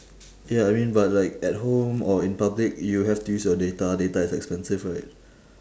ya I mean but like at home or in public you have to use your data data is expensive right